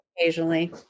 occasionally